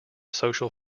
social